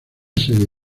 serie